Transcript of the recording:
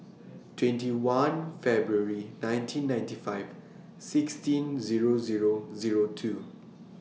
twenty one February nineteen ninety five sixteen Zero Zero Zero two